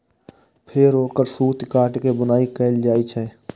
फेर ओकर सूत काटि के बुनाइ कैल जाइ छै